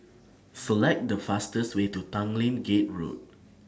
Select The fastest Way to Tanglin Gate Road